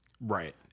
right